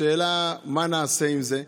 השאלה: מה נעשה עם זה?